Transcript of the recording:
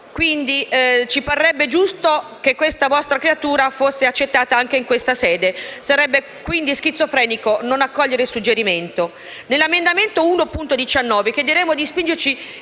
tempo, ci parrebbe giusto che questa vostra creatura fosse accettata anche in questa sede; sarebbe quindi schizofrenico non accogliere il suggerimento. Con l'emendamento 1.19 chiederemmo di spingerci